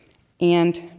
and